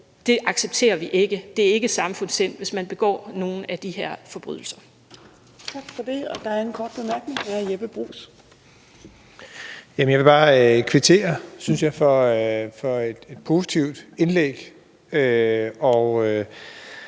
her accepterer vi ikke. Det er ikke samfundssind, hvis man begår nogen af de her forbrydelser. Kl. 13:52 Fjerde næstformand